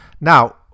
Now